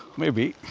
maybe